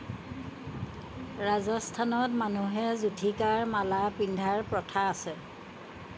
ৰাজস্থানত মানুহে যূথিকাৰ মালা পিন্ধাৰ প্ৰথা আছে